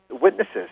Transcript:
witnesses